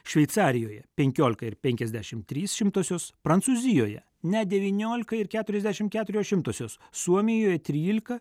šveicarijoje penkiolika ir penkiasdešimt trys šimtosios prancūzijoje net devyniolika ir keturiasdešimt keturios šimtosios suomijoje trylika